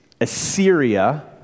Assyria